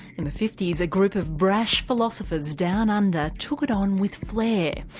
in the fifty s a group of brash philosophers down under took it on with flair.